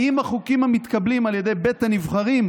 אם החוקים המתקבלים על ידי בית הנבחרים,